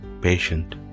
patient